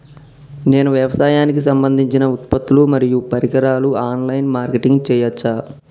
నేను వ్యవసాయానికి సంబంధించిన ఉత్పత్తులు మరియు పరికరాలు ఆన్ లైన్ మార్కెటింగ్ చేయచ్చా?